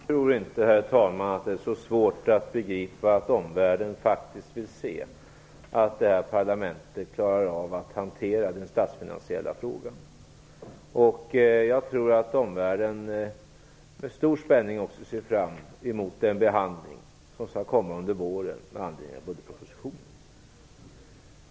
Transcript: Herr talman! Jag tror inte att det är så svårt att begripa att omvärlden faktiskt vill se att det här parlamentet klarar av att hantera den statsfinansiella frågan. Jag tror också att omvärlden med stor spänning ser fram emot den behandling som skall komma under våren med anledning av budgetpropositionen.